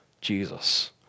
Jesus